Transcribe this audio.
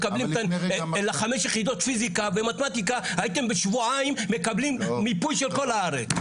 לחמד יחידות פיסיקה ומתמטיקה הייתם בשבועיים מקבלים מיפוי של כל הארץ.